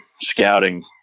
scouting